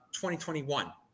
2021